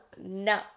No